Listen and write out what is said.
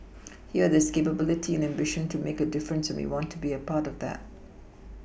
here there's capability and ambition to make a difference and we want to be a part of that